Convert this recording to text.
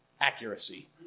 accuracy